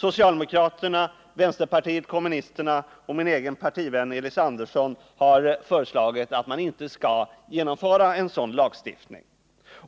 Socialdemokraterna, vänsterpartiet kommunisterna och min egen partivän Elis Andersson har föreslagit att man inte skall genomföra en sådan lagstiftning.